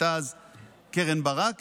קרן ברק,